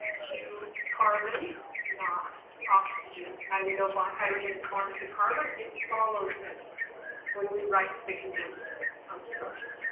to carbon not oxygen. and how do we know so um hydrogen is bonded to carbon? it follows it when we write the condensed structure.